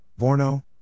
Borno